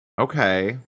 Okay